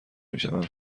میشوند